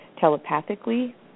telepathically